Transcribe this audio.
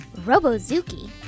Robozuki